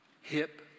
hip